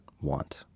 want